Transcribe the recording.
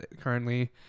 currently